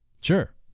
Sure